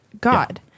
God